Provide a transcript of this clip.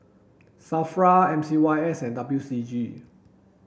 SAFRA M C Y S and W C G